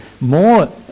More